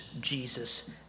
Jesus